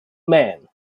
man